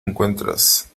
encuentras